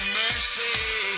mercy